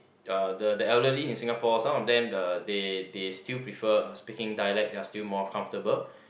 uh the the elderly in Singapore some of them the they they still prefer speaking dialect they are still more comfortable